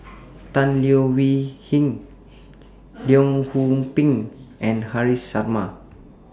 Tan Leo Wee Hin Leong Yoon Pin and Haresh Sharma